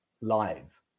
live